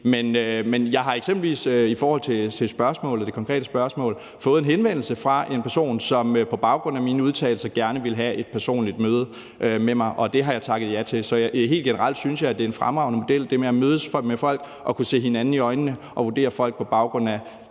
gå ind i det. Men i forhold til det konkrete spørgsmål har jeg eksempelvis fået en henvendelse fra en person, som på baggrund af mine udtalelser gerne ville have et personligt møde med mig, og det har jeg takket ja til. Helt generelt synes jeg, at det er en fremragende model at mødes med folk og kunne se hinanden i øjnene og vurdere folk på baggrund af